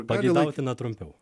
pageidautina trumpiau